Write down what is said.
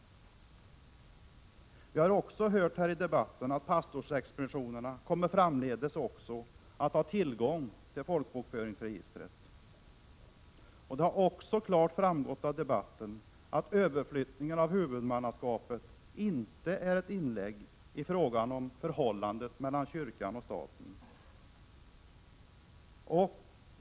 Vi har hört här i debatten att pastorsexpeditionerna även framdeles kommer att ha tillgång till folkbokföringsregistret. Det har också klart framgått av debatten att överflyttningen av huvudmannaskapet inte är ett inlägg i frågan om förhållandet mellan kyrkan och staten.